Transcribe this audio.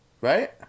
right